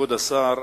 כבוד השר,